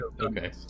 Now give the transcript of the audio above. Okay